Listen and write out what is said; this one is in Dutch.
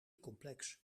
complex